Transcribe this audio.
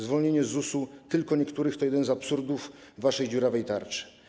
Zwolnienie z ZUS-u tylko niektórych to jeden z absurdów waszej dziurawej tarczy.